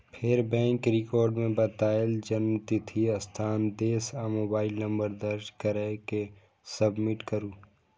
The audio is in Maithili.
फेर बैंक रिकॉर्ड मे बतायल जन्मतिथि, स्थान, देश आ मोबाइल नंबर दर्ज कैर के सबमिट करू